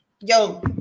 Yo